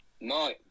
No